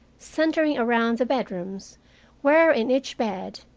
centering around the bedrooms where, in each bed,